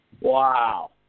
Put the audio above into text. Wow